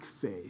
faith